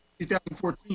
2014